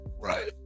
Right